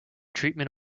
treatment